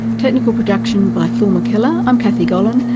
technical production by phil mckellar. i'm kathy gollan,